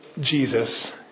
Jesus